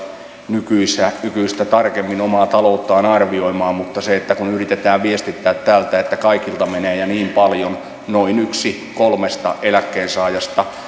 nykyistä nykyistä tarkemmin omaa talouttaan arvioimaan mutta kun yritetään viestittää täältä että kaikilta menee ja niin paljon niin noin yksi kolmesta eläkkeensaajasta